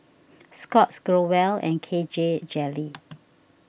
Scott's Growell and K J Jelly